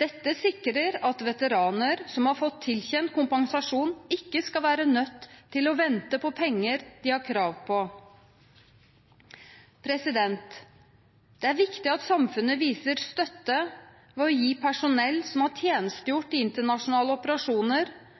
Dette sikrer at veteraner som har fått tilkjent kompensasjon, ikke skal være nødt til å vente på penger de har krav på. Det er viktig at samfunnet viser støtte ved å gi personell som har tjenestegjort i internasjonale operasjoner